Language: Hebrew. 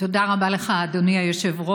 תודה רבה לך, אדוני היושב-ראש.